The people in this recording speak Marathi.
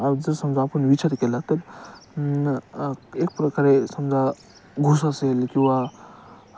जर समजा आपण विचार केला तर न एक प्रकारे समजा घूस असेल किंवा